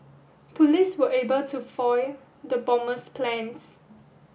police were able to foil the bomber's plans